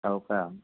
हो का